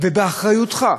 ובאחריותך.